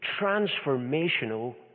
transformational